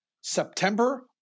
September